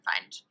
find